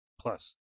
plus